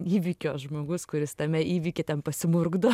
įvykio žmogus kuris tame įvykyje ten pasimurgdo